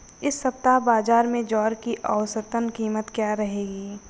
इस सप्ताह बाज़ार में ज्वार की औसतन कीमत क्या रहेगी?